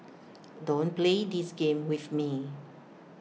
don't play this game with me